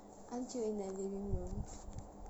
aren't you in the living room